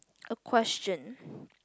a question